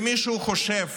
אם מישהו חושב